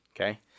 Okay